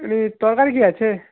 এমনি তরকারি কী আছে